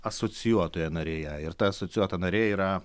asocijuotoje narėje ir ta asocijuota narė yra